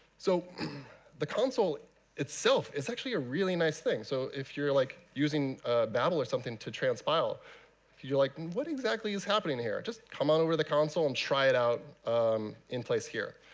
so the console itself is actually a really nice thing. so if you're like using babel or something to transpire, if you're like, what exactly is happening here? just come on over to the console and try it out in place here.